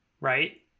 right